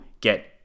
get